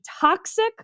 toxic